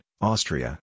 Austria